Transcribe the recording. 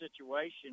situation